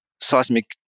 seismic